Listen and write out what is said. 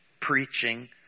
preaching